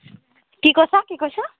কি কৈছা কি কৈছা